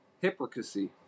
hypocrisy